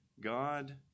God